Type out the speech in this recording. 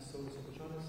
saulius jakučionis